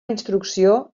instrucció